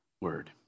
word